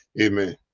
Amen